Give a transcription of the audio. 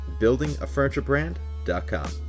buildingafurniturebrand.com